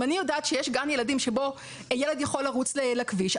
אם אני יודעת שיש גן ילדים שבו ילד יכול לרוץ לכביש,